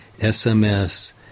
SMS